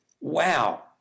Wow